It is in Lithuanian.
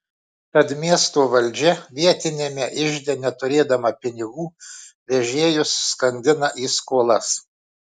tad miesto valdžia vietiniame ižde neturėdama pinigų vežėjus skandina į skolas